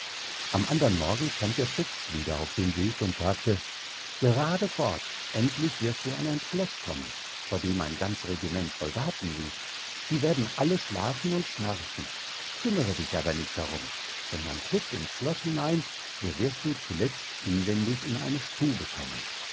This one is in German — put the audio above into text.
am andern morgen stand der fuchs wieder auf dem weg und sagte gerade fort endlich wirst du an ein schloß kommen vor dem ein ganz regiment soldaten liegt die werden alle schlafen und schnarchen kümmere dich aber nicht darum sondern tritt ins schloß hinein so wirst du zuletzt inwendig in eine stube kommen